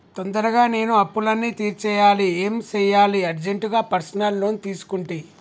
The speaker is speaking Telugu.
తొందరగా నేను అప్పులన్నీ తీర్చేయాలి ఏం సెయ్యాలి అర్జెంటుగా పర్సనల్ లోన్ తీసుకుంటి